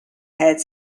had